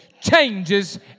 changes